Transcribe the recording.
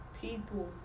people